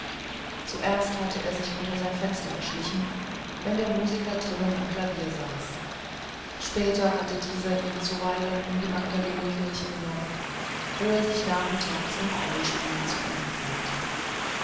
zuerst hatte er sich unter sein fenster geschlichen wenn der musiker drinnen am klavier saß später hatte dieser ihn zuweilen in die magdalenenkirche genommen wo er sich nachmittags im orgelspiel zu üben pflegte